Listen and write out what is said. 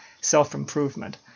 self-improvement